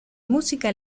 música